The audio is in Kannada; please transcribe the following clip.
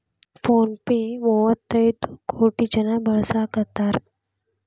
ಫೋನ್ ಪೆ ನ ಮುವ್ವತೈದ್ ಕೋಟಿ ಜನ ಬಳಸಾಕತಾರ